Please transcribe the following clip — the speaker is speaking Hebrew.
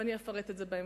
ואני אפרט את זה בהמשך.